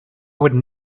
would